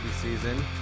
season